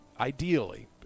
ideally